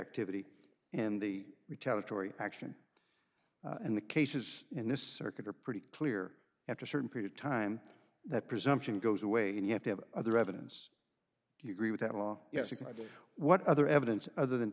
activity and the retaliatory action and the cases in this circuit are pretty clear after a certain period of time that presumption goes away and you have to have other evidence you agree with that law yes if i do what other evidence other than